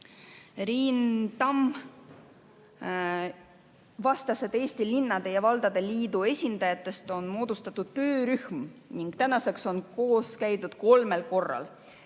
Riin Tamm vastas, et Eesti Linnade ja Valdade Liidu esindajatest on moodustatud töörühm ning tänaseks on koos käidud kolmel korral.